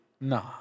Nah